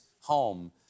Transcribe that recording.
home